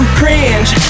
cringe